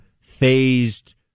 phased